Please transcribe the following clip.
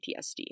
PTSD